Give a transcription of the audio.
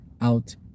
out